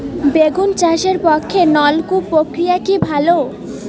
বেগুন চাষের পক্ষে নলকূপ প্রক্রিয়া কি ভালো?